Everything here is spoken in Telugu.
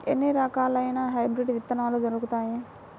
ఎన్ని రకాలయిన హైబ్రిడ్ విత్తనాలు దొరుకుతాయి?